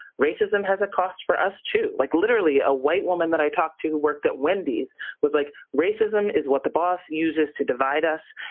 racism has a cost for us too. like literally a white woman that i talked to who worked at wendy's was like, racism is what the boss uses to divide us.